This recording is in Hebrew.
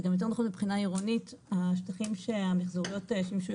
זה גם יותר נכון מבחינה עירונית השטחים שהמיחזוריות נמצאות